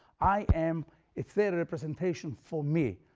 i am it's their representation for me,